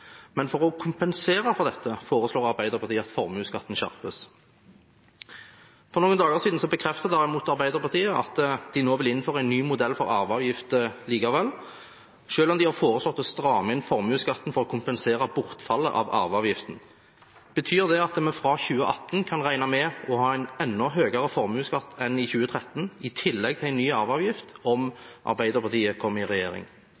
Men for å kompensere for dette foreslår Arbeiderpartiet at formuesskatten skjerpes. For noen dager siden bekreftet derimot Arbeiderpartiet at de vil innføre en ny modell for arveavgift likevel, selv om de har foreslått å stramme inn formuesskatten for å kompensere for bortfallet av arveavgiften. Betyr det at vi fra 2018 kan regne med å ha en enda høyere formuesskatt enn i 2013, i tillegg til en ny arveavgift, om Arbeiderpartiet kommer i regjering?